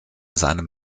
seinem